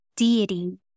Deity